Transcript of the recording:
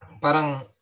parang